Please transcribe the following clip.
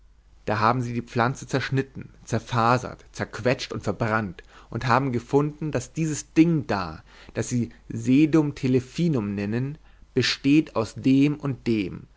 da haben sie die pflanze zerschnitten zerfasert zerquetscht und verbrannt und haben gefunden daß dieses ding da das sie sedum telephinum nennen besteht aus dem und dem